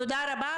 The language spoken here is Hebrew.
תודה רבה.